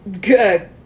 good